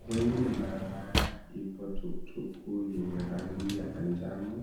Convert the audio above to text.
Kwenye barabara iko tukutuku yenye rangi ya njano